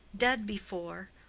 dead before,